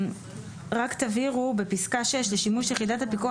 רק תבהירו בפסקה (6) "לשימוש יחידת הפיקוח